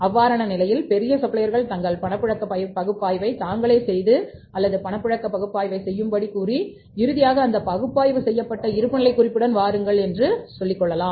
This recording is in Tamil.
அவ்வாறான நிலையில் பெரிய சப்ளையர்கள் தங்கள் பணப்புழக்க பகுப்பாய்வைத் தாங்களே செய்து அல்லது பணப்புழக்க பகுப்பாய்வைச் செய்யும்படி கூறி இறுதியாக அந்த பகுப்பாய்வு செய்யப்பட்ட இருப்புநிலைக் குறிப்புடன் வாருங்கள் என்று சொல்கிறார்கள்